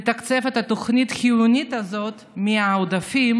לתקצב את התוכנית החיונית הזאת מהעודפים